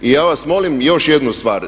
I ja vas molim još jednu stvar.